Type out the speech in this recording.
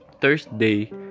Thursday